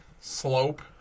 slope